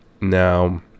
Now